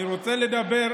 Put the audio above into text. אני רוצה לדבר,